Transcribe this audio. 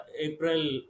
April